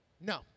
No